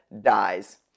dies